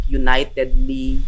unitedly